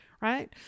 right